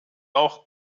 auch